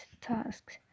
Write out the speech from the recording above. tasks